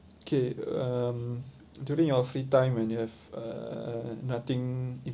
okay um during your free time when you have uh nothing